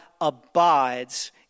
abides